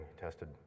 tested